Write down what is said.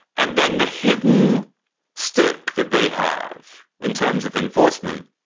and then the hidden stick that they have in terms of enforcement